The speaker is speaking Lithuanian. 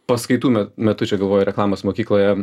paskaitų metu čia galvoj reklamos mokykloje